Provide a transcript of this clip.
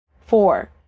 Four